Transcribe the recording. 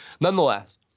Nonetheless